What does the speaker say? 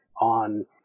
on